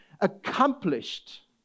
accomplished